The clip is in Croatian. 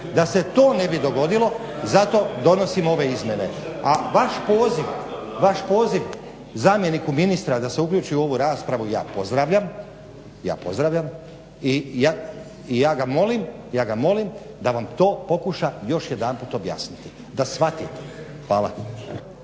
da se to ne bi dogodilo zato donosimo ove izmjene. A vaš poziv zamjeniku ministra da se uključi u ovu raspravu ja pozdravljam i ja ga molim da vam to pokuša još jednom objasniti da shvatite. Hvala.